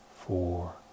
four